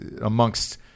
amongst